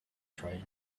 train